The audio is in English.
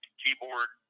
keyboard